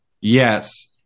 yes